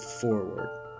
forward